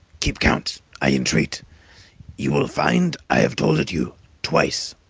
keep count, i entreat you will find i have told it you twice.